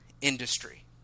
industry